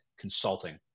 consulting